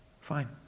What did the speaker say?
fine